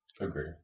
Agree